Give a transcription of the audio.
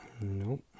Nope